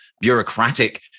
bureaucratic